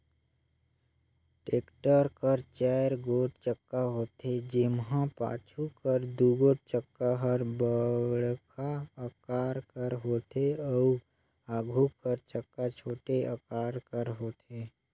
tractor कर चाएर गोट चक्का होथे, जेम्हा पाछू कर दुगोट चक्का हर बड़खा अकार कर होथे अउ आघु कर चक्का छोटे अकार कर होथे